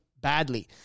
badly